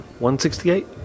168